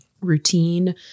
routine